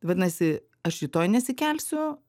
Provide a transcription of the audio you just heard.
vadinasi aš rytoj nesikelsiu